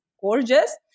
gorgeous